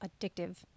addictive